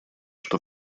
что